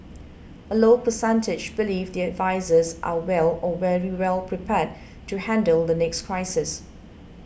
a low percentage believe their advisers are well or very well prepared to handle the next crisis